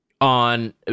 on